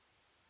Grazie